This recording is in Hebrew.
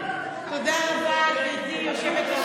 תודה רבה, גברתי היושבת-ראש.